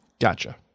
Gotcha